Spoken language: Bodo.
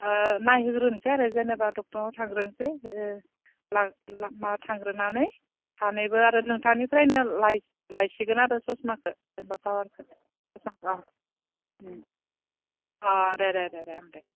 नायहोग्रोनसै आरो जेनेबा डक्टरनाव थांग्रोनोसै थांग्रोनानै सानैबो आरो नोंथांनिफ्रायनो लायसिगोन आरो ससमाखौ जेनेबा पावारखौ ससमाखौ अ अ दे दे दे